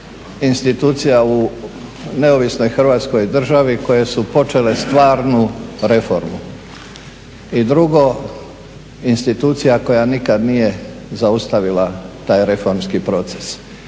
institucija u neovisnoj Hrvatskoj državi koje su počele stvarnu reformu i drugo, institucija koja nikad nije zaustavila taj reformski proces